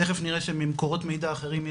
תיכף נראה שממקורות מידע אחרים,